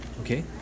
okay